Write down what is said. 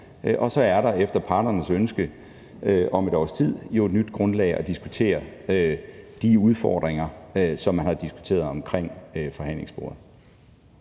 Så er der efter parternes ønsker om et års tid et nyt grundlag at diskutere de udfordringer, som man har diskuteret omkring forhandlingsbordet,